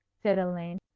said elaine,